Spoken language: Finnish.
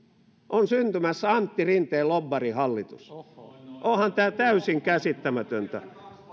on syntymässä antti rinteen lobbarihallitus onhan tämä täysin käsittämätöntä